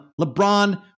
LeBron